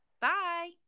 bye